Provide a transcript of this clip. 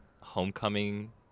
homecoming